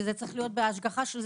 שצריך להיות בהשגחה,